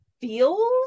feels